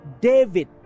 David